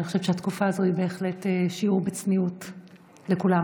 אני חושבת שהתקופה הזו היא בהחלט שיעור בצניעות לכולם.